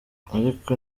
ariko